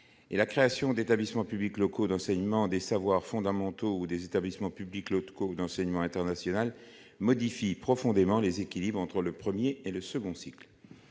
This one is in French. La création des établissements publics locaux d'enseignement des savoirs fondamentaux, les EPLESF, ou des établissements publics locaux d'enseignement international, les EPLEI, modifie profondément les équilibres entre le premier et le second cycle.